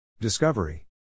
Discovery